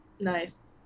Nice